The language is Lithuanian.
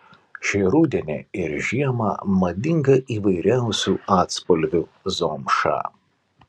šį rudenį ir žiemą madinga įvairiausių atspalvių zomša